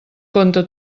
compte